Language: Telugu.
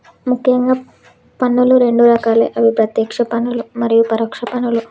ముఖ్యంగా పన్నులు రెండు రకాలే అవి ప్రత్యేక్ష పన్నులు మరియు పరోక్ష పన్నులు